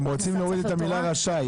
הם רוצים להוריד את המילה "רשאי",